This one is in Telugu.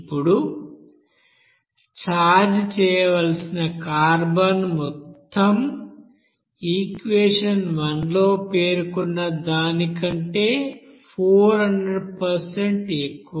ఇప్పుడు ఛార్జ్ చేయవలసిన కార్బన్ మొత్తం ఈక్వెషన్ 1 లో పేర్కొన్న దానికంటే 400 ఎక్కువ